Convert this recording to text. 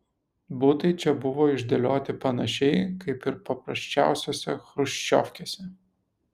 butai čia buvo išdėlioti panašiai kaip ir paprasčiausiose chruščiovkėse